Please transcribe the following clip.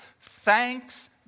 Thanks